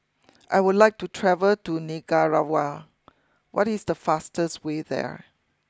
I would like to travel to Nicaragua what is the fastest way there